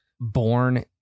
born